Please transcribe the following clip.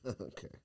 Okay